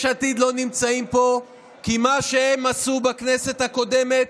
יש עתיד לא נמצאים פה כי מה שהם עשו בכנסת הקודמת,